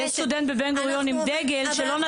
אנחנו לא עוסקים בזה עכשיו.